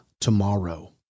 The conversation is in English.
tomorrow